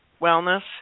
wellness